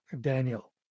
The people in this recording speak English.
Daniel